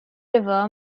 river